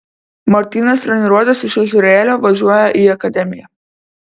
martynas treniruotis iš ežerėlio važiuoja į akademiją